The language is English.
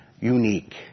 unique